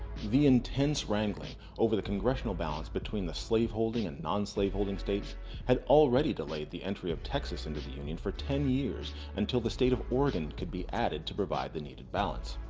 the intense wrangling over congressional balance between the slaveholding and non-slaveholding states had already delayed the entry of texas into the union for ten years until the state of oregon could be added to provide the needed balance.